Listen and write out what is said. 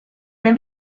nei